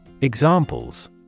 Examples